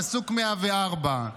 פסוק 104,